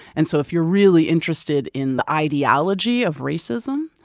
and so if you're really interested in the ideology of racism,